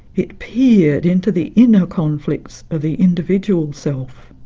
it peered into the inner conflicts of the individual self.